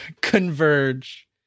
converge